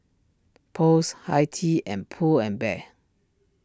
Post Hi Tea and Pull and Bear